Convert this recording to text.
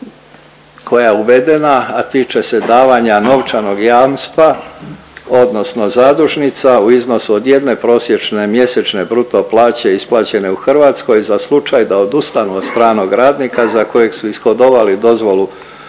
koja je uvedena, a tiče se davanja novčanog jamstva odnosno zadužnica u iznosu od jedne prosječne mjesečne bruto plaće isplaćene u Hrvatskoj za slučaj da odustanu od stranog radnika za kojeg su ishodovali dozvolu